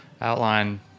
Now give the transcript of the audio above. outline